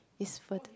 it's